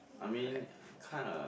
I mean uh kinda